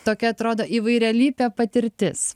tokia atrodo įvairialypė patirtis